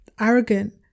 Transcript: arrogant